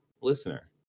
listener